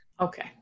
Okay